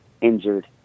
injured